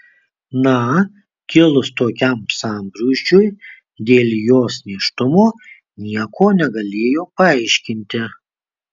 na kilus tokiam sambrūzdžiui dėl jos nėštumo nieko negalėjo paaiškinti